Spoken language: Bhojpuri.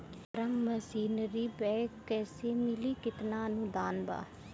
फारम मशीनरी बैक कैसे मिली कितना अनुदान बा?